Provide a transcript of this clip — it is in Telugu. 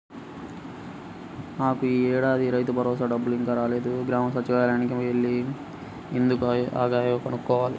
నాకు యీ ఏడాదికి రైతుభరోసా డబ్బులు ఇంకా రాలేదు, గ్రామ సచ్చివాలయానికి యెల్లి ఎందుకు ఆగాయో కనుక్కోవాల